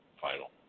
final